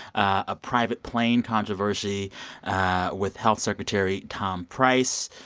a private plane controversy with health secretary tom price,